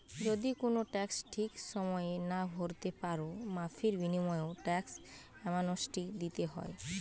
যদি কুনো ট্যাক্স ঠিক সময়ে না ভোরতে পারো, মাফীর বিনিময়ও ট্যাক্স অ্যামনেস্টি দিতে হয়